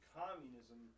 communism